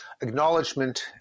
acknowledgement